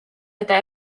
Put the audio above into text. eta